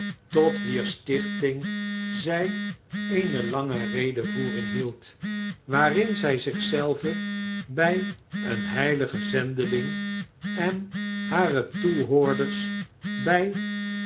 tot wier stichting zij eene lange redevoering hield waarin zij zich zelve bij een heiligen zendeling en hare toehoorderes bij